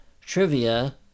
trivia